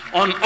on